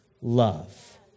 love